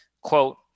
Quote